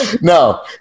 no